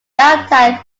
downtown